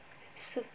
so